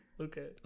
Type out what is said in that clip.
Okay